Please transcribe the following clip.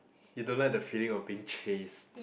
you don't like the feeling of being chased